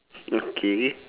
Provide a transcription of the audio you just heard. okay